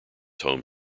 home